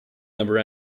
never